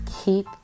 keep